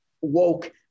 woke